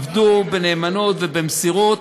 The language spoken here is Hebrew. עבדו בנאמנות ובמסירות,